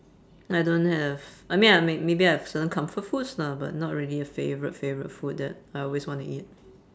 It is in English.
I don't have I mean I may~ maybe I have certain comfort foods lah but not really a favourite favourite food that I always wanna eat